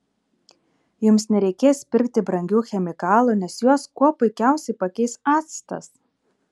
jums nereikės pirkti brangių chemikalų nes juos kuo puikiausiai pakeis actas